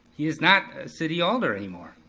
he is not a city alder anymore.